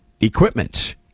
equipment